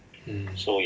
mm